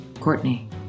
Courtney